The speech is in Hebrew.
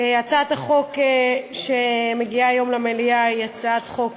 הצעת החוק שמגיעה היום למליאה היא הצעת חוק